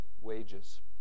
wages